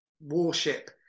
warship